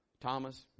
Thomas